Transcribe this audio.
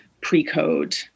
pre-code